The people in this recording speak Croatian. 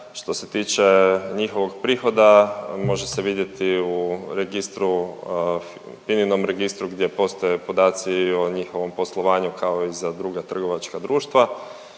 Što se tiče njihovog prihoda, može se vidjeti u registru, FINA-inom registru gdje postoje podaci o njihovom poslovanju kao i za druga trgovačka društva,